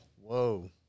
Whoa